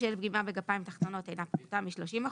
בשל פגימה בגפיים תחתונות אינה פחותה מ-20%,